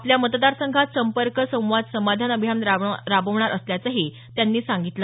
आपल्या मतदारसंघात संपर्क संवाद समाधान अभियान राबवणार असल्याचंही त्यांनी सांगितलं